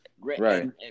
Right